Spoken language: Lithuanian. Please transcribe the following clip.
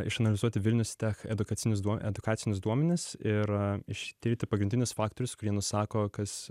išanalizuoti vilnius tech edukacinius duo edukacinius duomenis ir ištirti pagrindinius faktorius kurie nusako kas